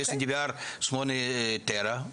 ויש DVR 8 טרה,